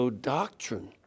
doctrine